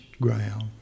ground